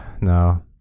no